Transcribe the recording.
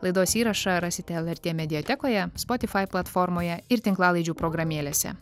laidos įrašą rasite lrt mediatekoje spotifai platformoje ir tinklalaidžių programėlėse